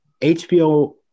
hbo